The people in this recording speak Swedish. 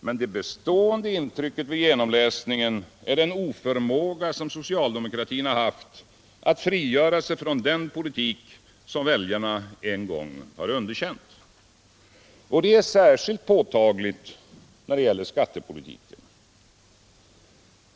Men det bestående intrycket vid genomläsningen är den oförmåga som socialdemokratin har visat att frigöra sig från den politik som väljarna en gång har underkänt. Det är särskilt påtagligt när det gäller skattepolitiken.